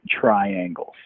triangles